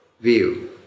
view